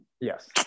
Yes